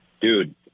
Dude